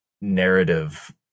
narrative